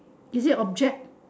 is it object